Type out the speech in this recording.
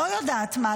לא יודעת מה.